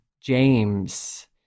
James